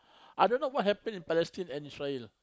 I don't know what happen in Palestine and Israel